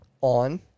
On